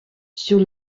sur